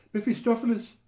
mephistophilis!